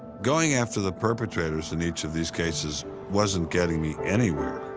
going after the perpetrators in each of these cases wasn't getting me anywhere.